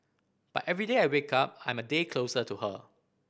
but every day I wake up I'm a day closer to her